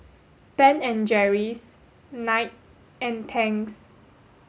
Ben and Jerry's Knight and Tangs